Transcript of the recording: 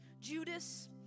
Judas